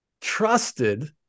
trusted